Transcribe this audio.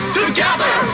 together